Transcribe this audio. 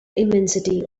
immensity